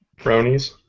bronies